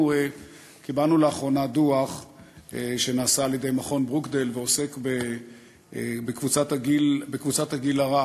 קיבלנו לאחרונה דוח שנעשה על-ידי מכון ברוקדייל ועוסק בקבוצת הגיל הרך,